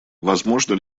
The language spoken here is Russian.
возможно